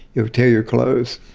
you'll tear your clothes.